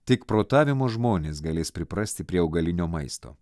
tik protavimo žmonės galės priprasti prie augalinio maisto